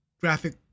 graphic